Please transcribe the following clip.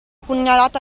pugnalata